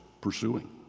pursuing